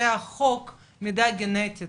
זה החוק מידע גנטית